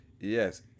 Yes